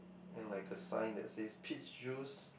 and like a sign that says peach juice